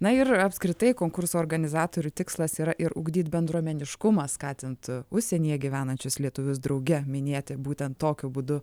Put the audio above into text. na ir apskritai konkurso organizatorių tikslas yra ir ugdyt bendruomeniškumą skatinti užsienyje gyvenančius lietuvius drauge minėti būtent tokiu būdu